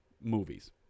movies